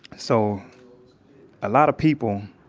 so a lot of people,